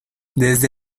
desde